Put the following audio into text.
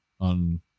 on